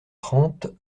trente